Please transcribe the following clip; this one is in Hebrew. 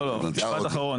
לא, לא, משפט אחרון.